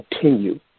Continue